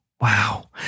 Wow